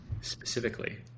Specifically